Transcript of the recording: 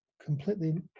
completely